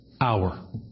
hour